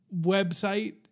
website